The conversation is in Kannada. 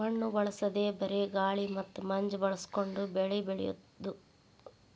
ಮಣ್ಣು ಬಳಸದೇ ಬರೇ ಗಾಳಿ ಮತ್ತ ಮಂಜ ಬಳಸಕೊಂಡ ಬೆಳಿ ಬೆಳಿಯುದು